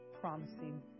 promising